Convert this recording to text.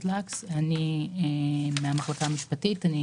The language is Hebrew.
אני אפרת לקס מהמחלקה המשפטית ברשות המיסים,